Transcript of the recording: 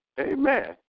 Amen